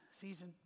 season